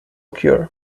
cure